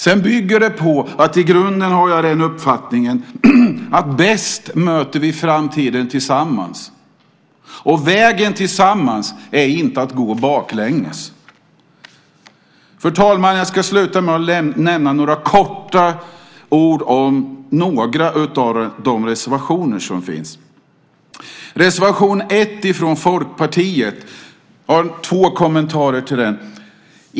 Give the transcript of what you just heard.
Detta bygger också på att jag i grunden har uppfattningen att vi möter framtiden bäst tillsammans. Och vägen tillsammans är inte att gå baklänges. Fru talman! Jag ska sluta med att säga några korta ord om några av reservationerna. Reservation 1 från Folkpartiet har jag två kommentarer till.